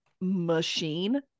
machine